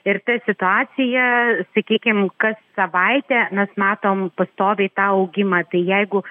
ir ta situacija sakykim kas savaitę mes matom pastoviai tą augimą tai jeigu